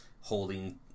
holding